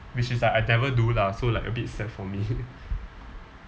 which is like I never do lah so like a bit sad for me